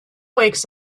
wakes